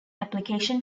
application